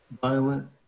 violent